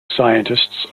scientists